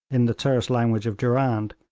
in the terse language of durand,